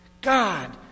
God